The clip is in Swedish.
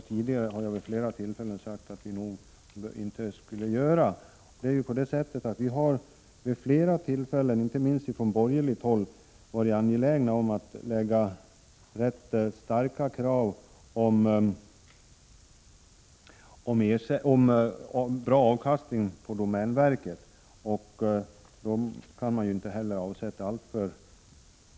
Vi har vid flera tillfällen — vilket har betonats inte minst från borgerligt håll— varit angelägna om att ställa stora krav på domänverket beträffande bra avkastning.